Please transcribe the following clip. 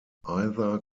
either